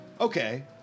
okay